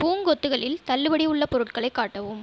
பூங்கொத்துகளில் தள்ளுபடி உள்ள பொருட்களை காட்டவும்